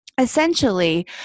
Essentially